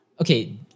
Okay